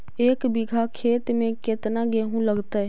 एक बिघा खेत में केतना गेहूं लगतै?